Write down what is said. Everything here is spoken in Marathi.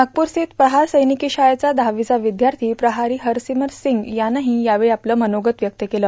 नागपूरस्थित प्रहार सैनिकी शाळेचा दहावीचा विद्यार्थी प्रहारी हरसिंमरसिंग यानंही यावेळी आपलं मनोगत व्यक्त केलं